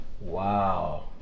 Wow